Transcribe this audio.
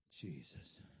Jesus